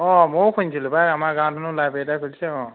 অ' ময়ো শুনিছিলোঁ পাই আমাৰ গাঁৱত হেনো লাইব্ৰেৰী এটা খুলিছে অ'